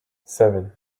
seven